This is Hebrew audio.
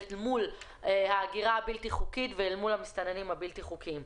מול ההגירה הבלתי חוקית ואל מול המסתננים הבלתי חוקיים.